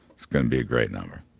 it's going to be a great number.